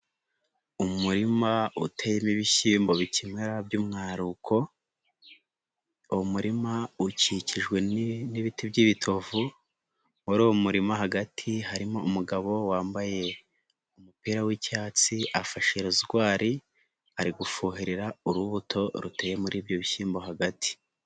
Umurima uteyemo ibishyimbo bikimera by'umwaruko, umurima ukikijwe n'ibiti by'ibitovu, muri uwo murima hagati, harimo umugabo wambaye umupira w'icyatsi afashe rozwari, ari gufuherera urubuto, ruteye muri ibyo bishyimbo hagati.